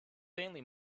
faintly